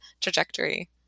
trajectory